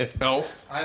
Elf